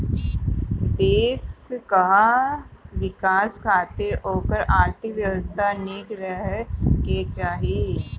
देस कअ विकास खातिर ओकर आर्थिक व्यवस्था निक रहे के चाही